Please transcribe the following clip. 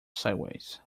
sideways